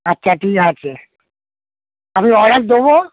আচ্ছা ঠিক আছে আমি অর্ডার দেবো